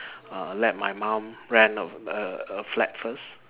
err let my mom rent a err flat first